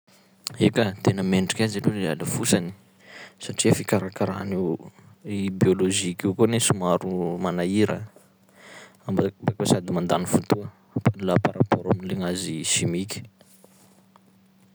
Eka, tena mendrika azy aloha le alafosany satria fikarakara an'io biologique io koa ane somaro manahira. Mba- bakeo sady mandany fotoa pa- laha par rapport am'le gnazy chimique.